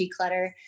declutter